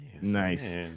Nice